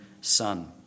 son